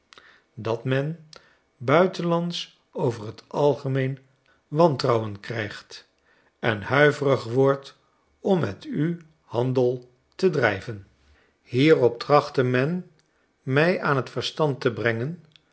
dat slotopmerkingen men buitenlands over t algemeen wantrouwen krijgt en huiverig wordt om met u handel te drijven hierop trachtte men my aan j t verstand te brengen